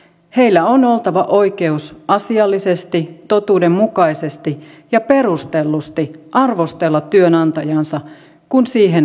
heillä on oltava oikeus asiallisesti totuudenmukaisesti ja perustellusti arvostella työnantajaansa kun siihen aihetta on